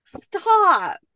Stop